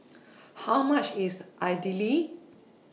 How much IS Idili